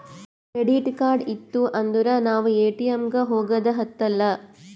credit card ಇತ್ತು ಅಂದುರ್ ನಾವ್ ಎ.ಟಿ.ಎಮ್ ಗ ಹೋಗದ ಹತ್ತಲಾ